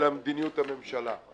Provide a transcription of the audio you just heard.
אלא מדיניות הממשלה.